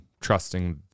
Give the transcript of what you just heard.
trusting